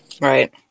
Right